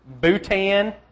Bhutan